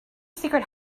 secret